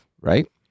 right